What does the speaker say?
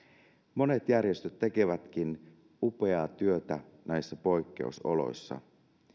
monet järjestöt tekevätkin upeaa työtä näissä poikkeusoloissa